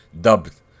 dubbed